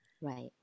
Right